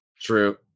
True